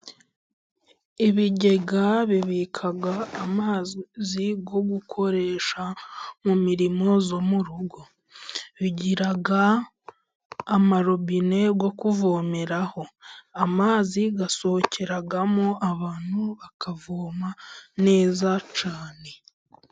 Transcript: Ibigega bibika amazi yo gukoresha mu mirimo yo mu rugo. Bigira amarobine yo kuvomeraho. Amazi asokeramo abantu bakavoma neza cyane.